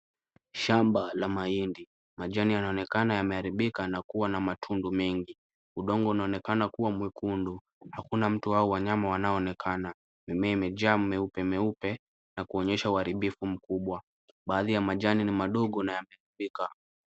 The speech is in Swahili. Shamba la mahindi. Majani yanaonekana yameharibika na kuwa na matundu mengi. Udongo unaonekana kuwa mwekundu. Hakuna mtu au wanyama wanaonekana. Mimea imejaa meupe meupe na kuonyesha uharibifu mkubwa. Baadhi ya majani ni madogo na yamekulika.